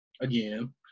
again